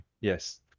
Yes